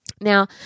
Now